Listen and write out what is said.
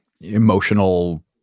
emotional